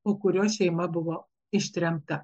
po kurio šeima buvo ištremta